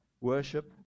worship